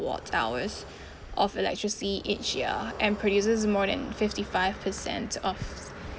hours of electricity each year and produces more than fifty-five percent of